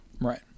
Right